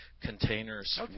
containers